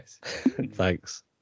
thanks